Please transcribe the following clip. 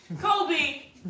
Colby